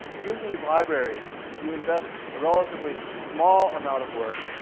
using these libraries, you invest a relatively small amount of work.